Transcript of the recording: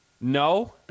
no